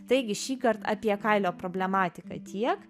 taigi šįkart apie kailio problematiką tiek